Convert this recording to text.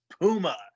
Puma